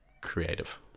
creative